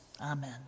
amen